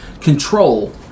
control